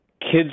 kids